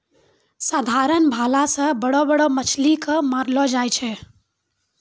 साधारण भाला से बड़ा बड़ा मछली के मारलो जाय छै